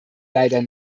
leider